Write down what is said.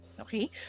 okay